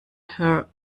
her